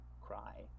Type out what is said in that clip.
cry